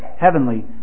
heavenly